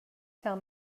tell